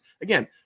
Again